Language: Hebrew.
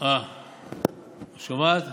לא שומעים אותך.